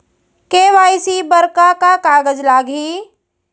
KYC बर का का कागज लागही?